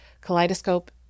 Kaleidoscope